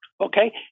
Okay